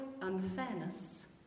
unfairness